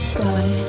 die